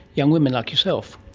young women like yourself?